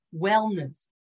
wellness